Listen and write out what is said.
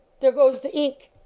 there goes the ink!